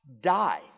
die